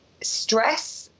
stress